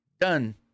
done